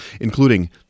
including